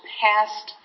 past